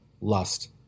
lust